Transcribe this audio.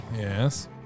Yes